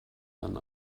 dann